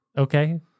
Okay